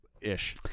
Ish